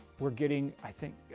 we're getting, i think,